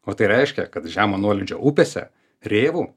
o tai reiškia kad žemo nuolydžio upėse rėvų